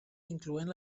incloent